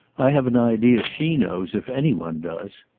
i have an idea she knows, if any one does.